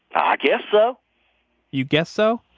i guess so you guess so?